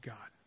God